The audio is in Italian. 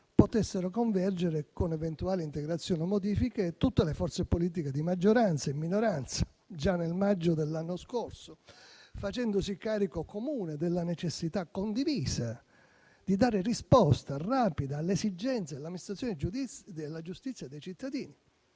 potessero convergere, con eventuali integrazioni o modifiche, tutte le forze politiche di maggioranza e minoranza già nel maggio dell'anno scorso, facendosi carico comune della necessità condivisa di dare risposta rapida alle esigenze dell'amministrazione della giustizia dei cittadini.